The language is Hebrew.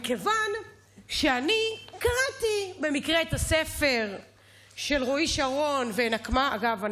מכיוון שאני קראתי במקרה את הספר של רועי שרון "ואנקמה" אגב,